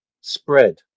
spread